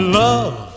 love